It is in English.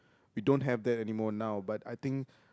we don't have that anymore now but I think